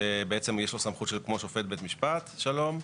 שיש לו סמכות כמו של שופט בית משפט שלום.